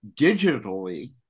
digitally